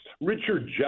Richard